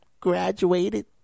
graduated